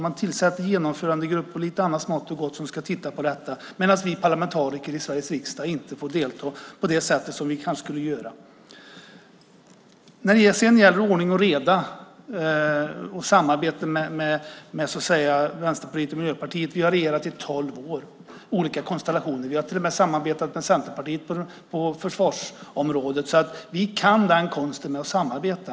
Man tillsätter en genomförandegrupp och lite annat smått och gott som ska titta på detta medan vi parlamentariker i Sveriges riksdag inte får delta på det sätt som vi kanske skulle göra. När det sedan gäller ordning och reda och samarbete med Vänsterpartiet och Miljöpartiet vill jag säga att vi har regerat i tolv år. Det har varit olika konstellationer. Vi har till och med samarbetat med Centerpartiet på försvarsområdet, så vi kan konsten att samarbeta.